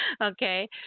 okay